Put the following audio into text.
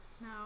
No